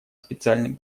специальным